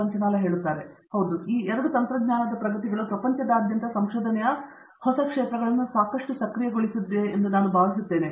ಪಂಚನಾಲ ಈ 2 ತಂತ್ರಜ್ಞಾನದ ಪ್ರಗತಿಗಳು ಪ್ರಪಂಚದಾದ್ಯಂತ ಸಂಶೋಧನೆಯ ಹೊಸ ಕ್ಷೇತ್ರಗಳನ್ನು ಸಾಕಷ್ಟು ಸಕ್ರಿಯಗೊಳಿಸಿದೆ ಎಂದು ನಾನು ಭಾವಿಸುತ್ತೇನೆ